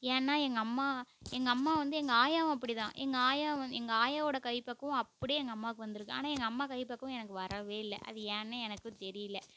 ஏன்னால் எங்கள் அம்மா எங்கள் அம்மா வந்து எங்கள் ஆயாவும் அப்படி தான் எங்கள் ஆயா வ எங்கள் ஆயாவோட கைப்பக்குவம் அப்படியே எங்கள் அம்மாவுக்கு வந்திருக்கு ஆனால் எங்கள் அம்மா கைப்பக்குவம் எனக்கு வரவே இல்லை அது ஏன்னெனு எனக்கும் தெரியல